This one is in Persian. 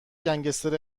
گنگستر